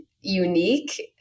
unique